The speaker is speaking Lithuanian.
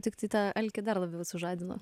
tiktai tą alkį dar labiau sužadino